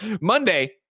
Monday